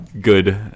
good